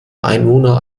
einwohner